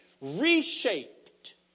reshaped